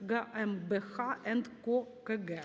ГМБХ енд КО.КГ".